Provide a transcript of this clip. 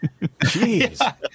Jeez